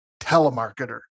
telemarketer